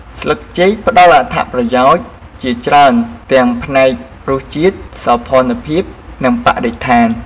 ស្លិកចេកផ្តល់អត្ថប្រយោជន៍ជាច្រើនទាំងផ្នែករសជាតិ សោភ័ណភាព និងបរិស្ថាន។